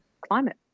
climate